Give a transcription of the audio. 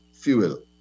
fuel